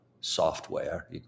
software